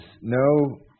no